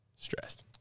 stressed